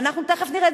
ואנחנו תיכף נראה,